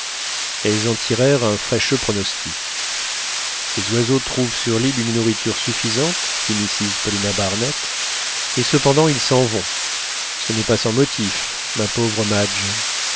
elles en tirèrent un fâcheux pronostic ces oiseaux trouvent sur l'île une nourriture suffisante dit mrs paulina barnett et cependant ils s'en vont ce n'est pas sans motif ma pauvre madge